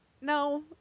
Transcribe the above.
No